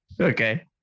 Okay